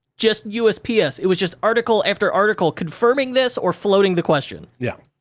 just usps, it was just article after article, confirming this or floating the question. yeah.